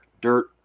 dirt